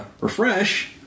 refresh